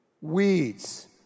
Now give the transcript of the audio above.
weeds